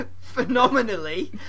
phenomenally